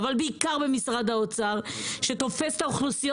אבל בעיקר במשרד האוצר שתופס את האוכלוסיות